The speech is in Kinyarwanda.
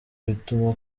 bituma